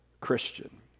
Christian